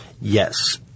Yes